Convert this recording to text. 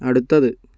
അടുത്തത്